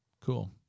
Cool